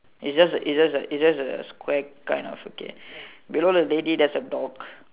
it's just a it's just a it's just a Square kind of okay below the lady there's a dog